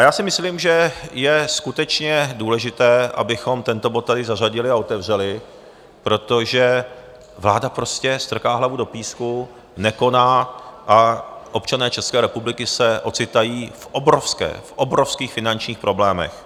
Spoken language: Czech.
Já si myslím, že je skutečně důležité, abychom tento bod tady zařadili a otevřeli, protože vláda prostě strká hlavu do písku, nekoná a občané České republiky se ocitají v obrovských finančních problémech.